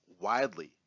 widely